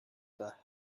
for